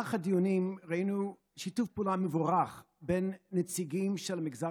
במהלך הדיונים ראינו שיתוף פעולה מבורך בין נציגים של המגזר